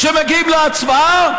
כשמגיעים להצבעה,